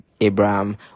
abraham